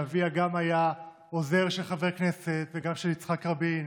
אביה גם היה עוזר של חבר כנסת וגם של יצחק רבין,